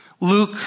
Luke